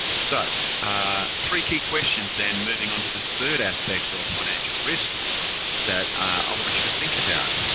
so ah three key questions then moving onto this third aspect of financial risk that i want you to think about,